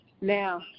now